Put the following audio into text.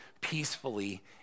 Peacefully